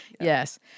yes